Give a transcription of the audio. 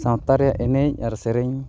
ᱥᱟᱶᱛᱟ ᱨᱮᱭᱟᱜ ᱮᱱᱮᱡ ᱟᱨ ᱥᱮᱨᱮᱧ